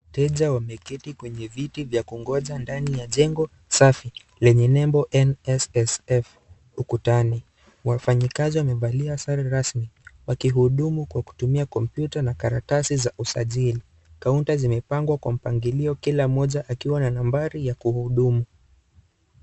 Wateja wameketi kwenye viti ya kungoja ndani ya jengo safi lenye nembo NSSF ukutani. Wafanyikazi wamevalia sare rasmi wakihudumu kwa kutumia kompyuta na karatasi za usajili. Kaunta zimepangwa kwa mpangilio kila mmoja akiwa na nambari ya kuhudumu.